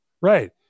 Right